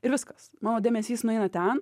ir viskas mano dėmesys nueina ten